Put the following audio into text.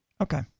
Okay